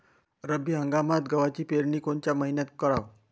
रब्बी हंगामात गव्हाची पेरनी कोनत्या मईन्यात कराव?